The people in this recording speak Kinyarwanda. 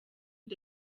the